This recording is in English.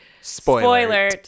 Spoiler